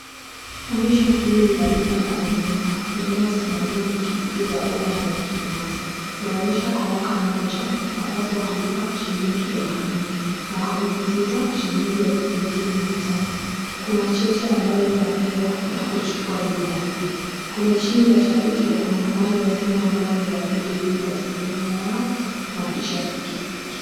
Onyesho hili ni la bima la Anziano inayosimamia pikipiki za umma na la kibinafsi. Laonyesha kwa mwaka mmoja unapaswa kulipa shilingi elfu nne na kwa miezi sita shilingi elfu mbili mia tano. Kuna cheti ambayo unapewa unapochukua bima hiyo. Kwenye chini la chapisho kuna nambari ya simu ambayo unawezapiga ili kuwasiliana na wao na picha ya pikipiki.